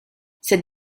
cette